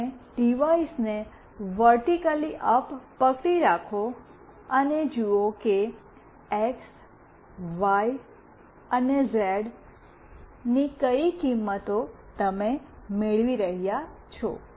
તમે ડિવાઇસને vertically up પકડી રાખો અને જુઓ કે એક્સવાય એન્ડ ઝેડ ની કઇ કિંમતો તમે મેળવી રહ્યા છો